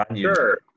Sure